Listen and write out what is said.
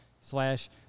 slash